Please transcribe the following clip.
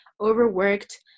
overworked